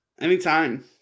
Anytime